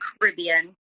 Caribbean